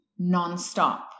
nonstop